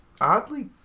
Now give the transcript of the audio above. oddly